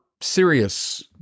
serious